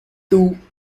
two